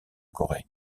corée